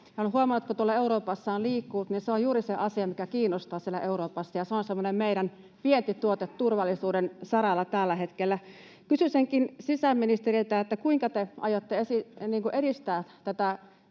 Olen huomannut, kun tuolla Euroopassa olen liikkunut, että se on juuri se asia, mikä kiinnostaa siellä Euroopassa, ja se on semmoinen meidän vientituote turvallisuuden saralla tällä hetkellä. Kysyisinkin sisäministeriltä: kuinka te aiotte edistää tätä,